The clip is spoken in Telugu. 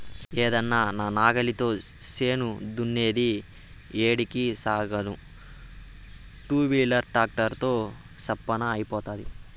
ఏందన్నా నా నాగలితో చేను దున్నేది ఏడికి సాగేను టూవీలర్ ట్రాక్టర్ తో చప్పున అయిపోతాది